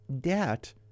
debt